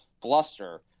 bluster